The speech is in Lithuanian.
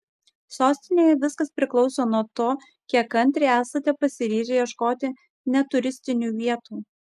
sostinėje viskas priklauso nuo to kiek kantriai esate pasiryžę ieškoti ne turistinių vietų